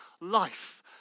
life